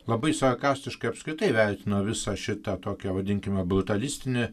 labai sarkastiškai apskritai vertino visą šitą tokia vadinkime brutalistinę